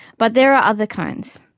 but there are other kinds.